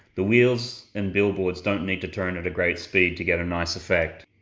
the wheels and billboard don't need to turn at great speeds to get a nice effect.